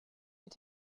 mit